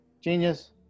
genius